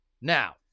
Now